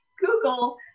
Google